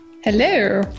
Hello